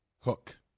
hook